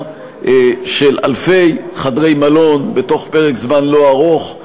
של אלפי חדרי מלון בתוך פרק זמן לא ארוך,